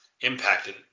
Impacted